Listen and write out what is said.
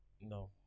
No